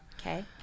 Okay